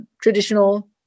traditional